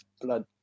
blood